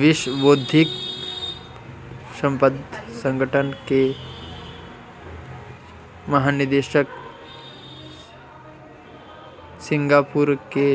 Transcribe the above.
विश्व बौद्धिक संपदा संगठन के महानिदेशक सिंगापुर के